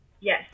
Yes